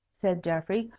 said geoffrey.